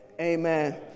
amen